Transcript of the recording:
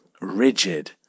rigid